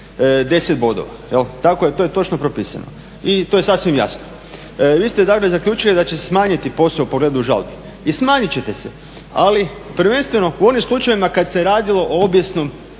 10 bodova. Tako je, to je točno propisano i to je sasvim jasno. Vi ste dakle zaključili da će smanjiti posao u pogledu žalbi. I smanjiti će se, ali prvenstveno u onim slučajevima kada se je radilo o obijesnom